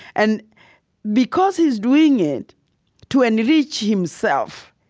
and because he's doing it to enrich himself,